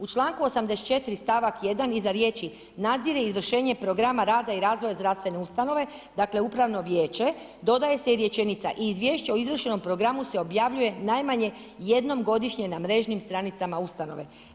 U članku 84 stavak 1 iza riječi nadzire izvršenje programa rada i razvoja zdravstvene ustanove, dakle upravno vijeće, dodaje se i rečenice: Izvješće o izvršenom programu se objavljuje najmanje jednom godišnje na mrežnim stranicama ustanove.